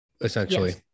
essentially